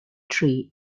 tree